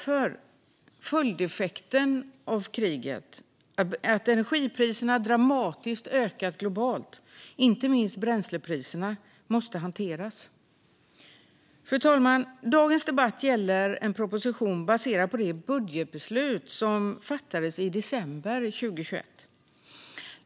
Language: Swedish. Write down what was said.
Följdeffekten av kriget, att energipriserna globalt har ökat dramatiskt, inte minst bränslepriserna, måste hanteras. Fru talman! Dagens debatt gäller en proposition baserad på det budgetbeslut som fattades i december 2021.